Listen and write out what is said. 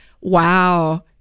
Wow